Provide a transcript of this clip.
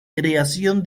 creación